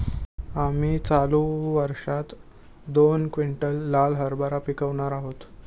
आम्ही चालू वर्षात दोन क्विंटल लाल हरभरा पिकावणार आहोत